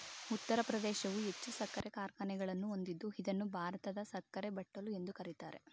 ಉತ್ತರ ಪ್ರದೇಶವು ಹೆಚ್ಚು ಸಕ್ಕರೆ ಕಾರ್ಖಾನೆಗಳನ್ನು ಹೊಂದಿದ್ದು ಇದನ್ನು ಭಾರತದ ಸಕ್ಕರೆ ಬಟ್ಟಲು ಎಂದು ಕರಿತಾರೆ